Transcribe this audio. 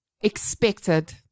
expected